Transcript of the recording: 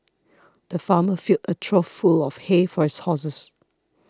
the farmer filled a trough full of hay for his horses